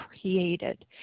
created